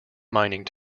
mining